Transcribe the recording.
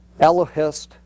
Elohist